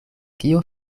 kio